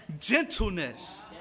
Gentleness